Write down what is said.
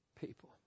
people